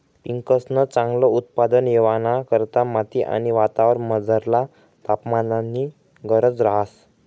पिकंसन चांगल उत्पादन येवाना करता माती आणि वातावरणमझरला तापमाननी गरज रहास